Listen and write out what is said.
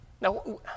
Now